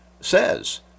says